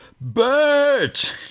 Bert